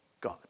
God